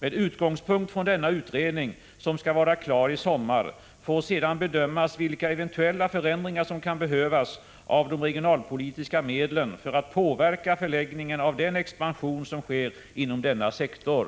Med utgångspunkt från denna utredning — som skall vara klar i sommar — får sedan bedömas vilka eventuella förändringar som kan behövas av de regionalpolitiska medlen för att påverka förläggningen av den expansion som sker inom denna sektor.